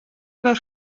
wer